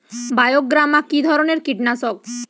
বায়োগ্রামা কিধরনের কীটনাশক?